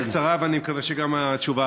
השאלה תהיה קצרה, ואני מקווה שגם התשובה.